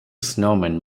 snowman